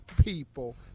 people